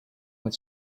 went